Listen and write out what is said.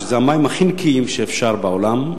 שזה המים הכי נקיים שאפשר בעולם,